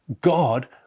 God